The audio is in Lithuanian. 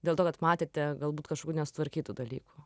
dėl to kad matėte galbūt kažkokių nesutvarkytų dalykų